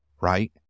right